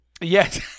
Yes